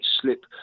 slip